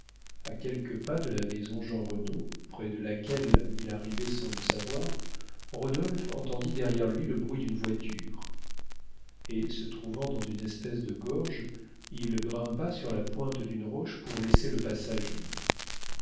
a quelques pas de la maison jeanrenaud près de laquelle il arrivait sans le savoir rodolphe entendit derrière lui le bruit d'une voiture et se trouvant dans une espèce de gorge il grimpa sur la pointe d'une roche pour laisser le passage libre